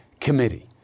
committee